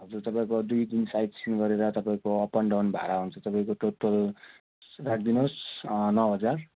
हजुर तपाईँको दुई दिन साइटसिन गरेर तपाईँको अप एन्ड डाउन भाडा हुन्छ तपाईँको टोटल राख्दिनोस् नौ हजार